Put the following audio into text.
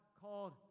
called